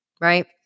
right